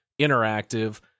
interactive